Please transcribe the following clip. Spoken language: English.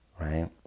Right